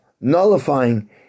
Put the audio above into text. nullifying